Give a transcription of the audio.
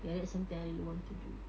ya that is something I really want to do